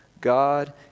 God